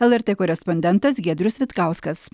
lrt korespondentas giedrius vitkauskas